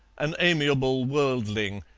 an amiable worldling,